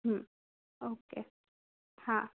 હમ okay હા